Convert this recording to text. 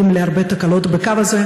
עם הפסקת חברותו בכנסת של זוהיר בהלול,